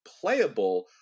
playable